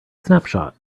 snapshot